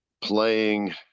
playing